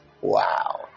wow